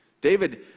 David